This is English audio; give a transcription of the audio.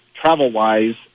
travel-wise